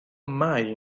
mai